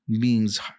beings